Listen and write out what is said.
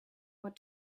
what